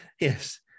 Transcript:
Yes